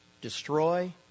destroy